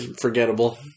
Forgettable